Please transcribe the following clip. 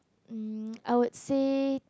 mm I would say